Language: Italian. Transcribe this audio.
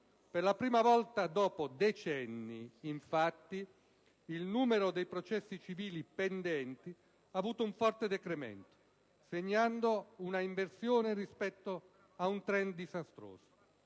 Per la prima volta dopo decenni, infatti, il numero dei processi civili pendenti ha avuto un forte decremento, segnando un'inversione rispetto ad un *trend* disastroso.